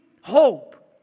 hope